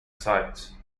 sites